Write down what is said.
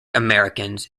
americans